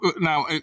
now